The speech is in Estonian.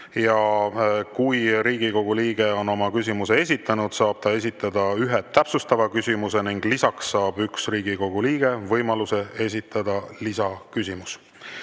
Ja kui Riigikogu liige on oma küsimuse esitanud, saab ta esitada ühe täpsustava küsimuse, ning lisaks saab üks Riigikogu liige võimaluse esitada lisaküsimus.